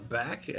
back